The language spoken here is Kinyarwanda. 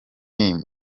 team